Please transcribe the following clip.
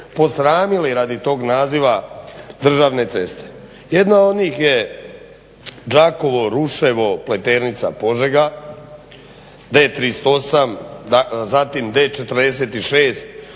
posramili radi tog naziva državne ceste. Jedna od njih je Đakovo-Ruševo-Pleternca-Požega D38, zatim D46